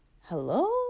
hello